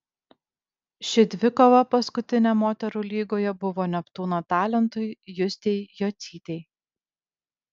ši dvikova paskutinė moterų lygoje buvo neptūno talentui justei jocytei